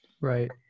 Right